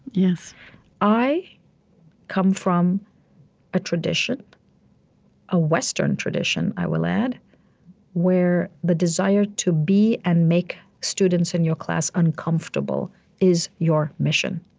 i come from a tradition a western tradition, i will add where the desire to be and make students in your class uncomfortable is your mission